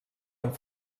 amb